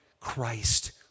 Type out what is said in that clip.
Christ